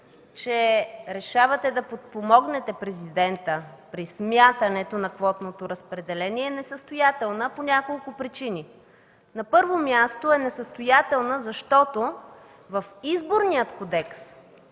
че решавате да подпомогнете президента при смятането на квотното разпределение, е несъстоятелна по няколко причини. На първо място е несъстоятелна, защото в Изборния кодекс